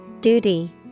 Duty